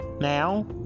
now